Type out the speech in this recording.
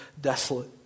desolate